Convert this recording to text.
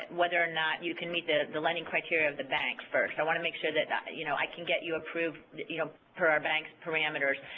whether or not you can meet the the lending criteria of the bank first. i want to make sure that but you know i can get you approved you know per our bank's parameters,